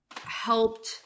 helped